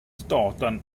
staden